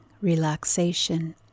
relaxation